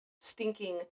stinking